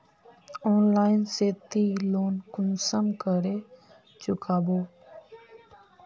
Online से ती loan कुंसम करे चुकाबो?